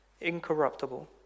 incorruptible